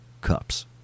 cups